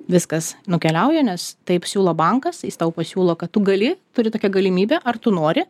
viskas nukeliauja nes taip siūlo bankas jis tau pasiūlo kad tu gali turi tokią galimybę ar tu nori